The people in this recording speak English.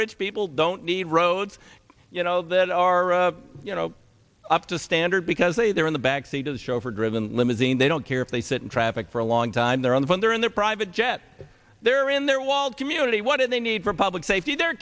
rich people don't need roads you know that are you know up to standard because they they're in the back seat of a chauffeur driven limousine they don't care if they sit in traffic for a long time they're on the phone they're in their private jet they're in their walled community what do they need for public safety their